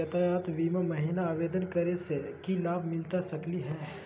यातायात बीमा महिना आवेदन करै स की लाभ मिलता सकली हे?